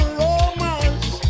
romance